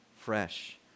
fresh